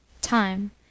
Time